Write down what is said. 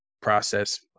process